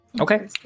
Okay